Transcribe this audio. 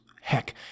heck